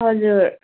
हजुर